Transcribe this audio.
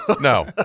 no